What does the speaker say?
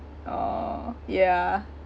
oh ya